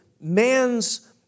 man's